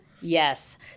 yes